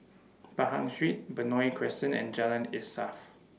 Pahang Street Benoi Crescent and Jalan Insaf